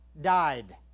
Died